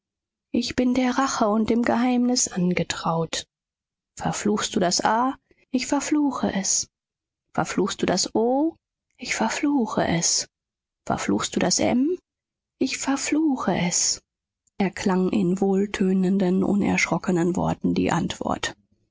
ich bin der rache und dem geheimnis angetraut verfluchst du das a ich verfluche es verfluchst du das o ich verfluche es verfluchst du das m ich verfluche es erklang in wohltönenden unerschrockenen worten die antwort